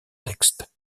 texte